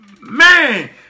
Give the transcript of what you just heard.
man